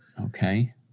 Okay